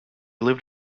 lived